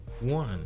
one